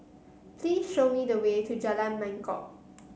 please show me the way to Jalan Mangkok